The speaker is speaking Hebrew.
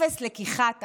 אפס לקיחת אחריות.